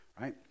right